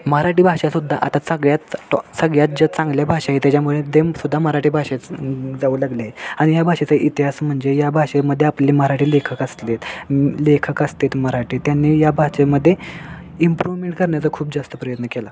मराठी भाषा सुद्धा आता सगळ्यात सगळ्यात ज्या चांगल्या भाषा आहे त्याच्यामुळे देम सुद्धा मराठी भाषेत जाऊ लागले आहे आणि या भाषेचा इतिहास म्हणजे या भाषेमध्ये आपले मराठी लेखक असलेत लेखक असतात मराठी त्यांनी या भाषेमध्ये इम्प्रूव्हमेंट करण्याचा खूप जास्त प्रयत्न केला